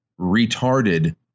retarded